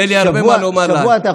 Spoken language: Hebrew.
יהיה לי הרבה מה לומר לה.